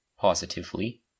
positively